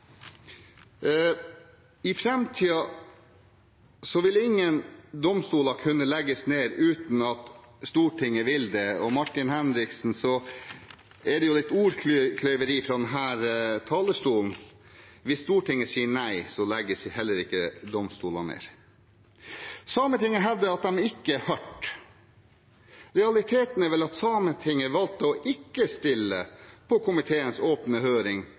I framtiden vil ingen domstoler kunne legges ned uten at Stortinget vil det. Når det gjelder Martin Henriksen, er det ordkløyveri fra denne talerstolen. Hvis Stortinget sier nei, legges heller ikke domstoler ned. Sametinget hevder at de ikke er hørt. Realiteten er vel at Sametinget valgte ikke å stille i komiteens åpne høring